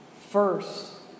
First